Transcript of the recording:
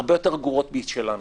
הרבה יותר גרועות משלנו.